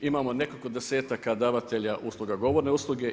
Imamo nekoliko desetaka davatelja usluga, govorne usluge.